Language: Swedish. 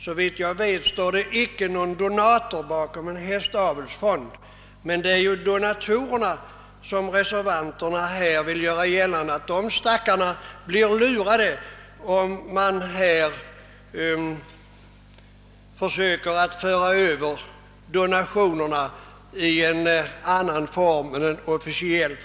Så vitt jag vet står det inte någon donator bakom en hästavelsfond, men reservanterna vill ju göra gällande att de stackars donatorerna blir lurade, om man försöker föra över donationerna i annan form än den officiella.